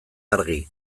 argi